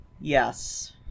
Yes